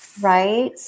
Right